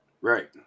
Right